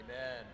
Amen